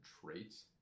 traits